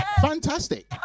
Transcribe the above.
Fantastic